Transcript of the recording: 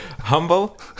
Humble